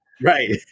Right